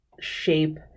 shape